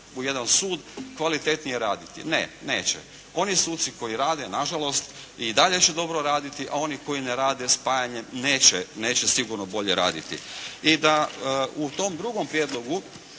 u jedan sud kvalitetnije raditi? Ne. Neće. Oni suci koji rade nažalost i dalje će dobro raditi, a oni koji ne rade spajanjem neće sigurno bolje raditi. I da u tom drugom prijedlogu